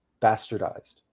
bastardized